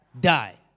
die